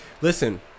listen